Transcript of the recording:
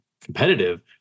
competitive